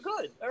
good